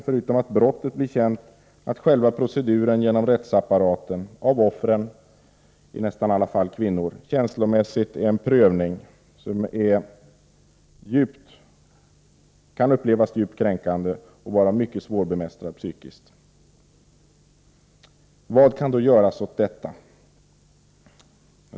Förutom att brottet blir känt är själva proceduren genom rättsapparaten för offren, i nästan alla fall kvinnor, känslomässigt en prövning som kan upplevas djupt kränkande och vara mycket svårbemästrad psykiskt. Vad kan då göras åt detta?